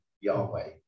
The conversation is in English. yahweh